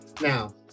now